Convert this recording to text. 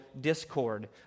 discord